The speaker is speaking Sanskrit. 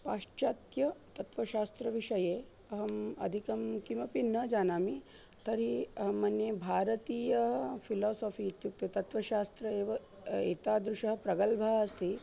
पाश्चात्य तत्वशास्त्रविषये अहम् अधिकं किमपि न जानामि तर्हि मन्ये भारतीयः फ़िलोसोफ़ि इत्युक्ते तत्वशास्त्रम् एव एतादृशः प्रगल्भः अस्ति